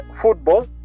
football